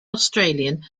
australian